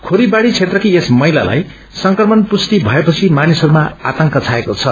खोरीबाड़ी क्षेत्रकी यस महिलालाई संक्रमण पुष्टि भएपछि मानिसहरूमा आतंक छाएको छ